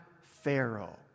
Pharaoh